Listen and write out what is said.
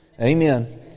Amen